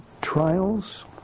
trials